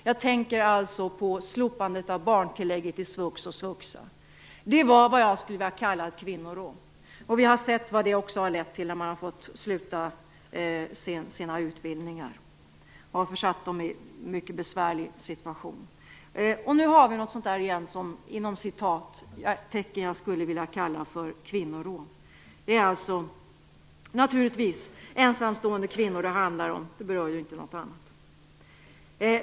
Jag tänker på slopandet av barntillägget i svux och svuxa. Det var vad jag skulle vilja kalla ett kvinnorån. Vi har sett vad det har lett till. Kvinnorna har fått sluta sina utbildningar, och det har försatt dem i en mycket besvärlig situation. Nu har vi återigen något som jag skulle vilja kalla för kvinnorån. Det är naturligtvis ensamstående kvinnor det handlar om. Det berör ingen annan.